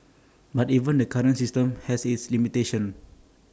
but even the current system has its limitations